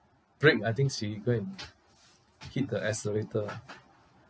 brake I think she go and hit the accelerator ah